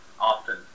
Often